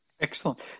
Excellent